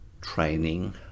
training